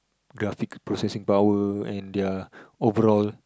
graphic processing power and their overall